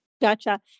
gotcha